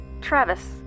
Travis